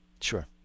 Sure